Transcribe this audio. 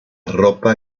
ropa